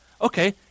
Okay